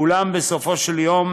אולם בסופו של יום,